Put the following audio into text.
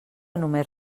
només